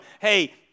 hey